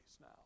now